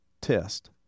test